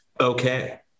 Okay